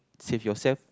save yourself